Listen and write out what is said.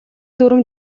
дүрэм